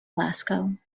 glasgow